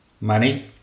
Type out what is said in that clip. money